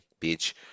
bitch